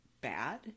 bad